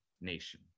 nation